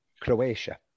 Croatia